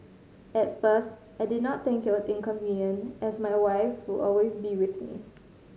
at first I did not think it was inconvenient as my wife would always be with me